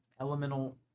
elemental